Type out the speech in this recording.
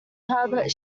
herbert